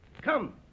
Come